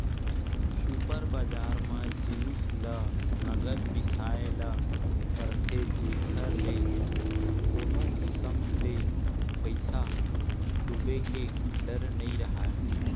super बजार म जिनिस ल नगद बिसाए ल परथे जेखर ले कोनो किसम ले पइसा डूबे के डर नइ राहय